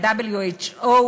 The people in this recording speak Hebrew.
ה-WHO,